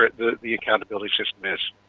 the the accountability system is.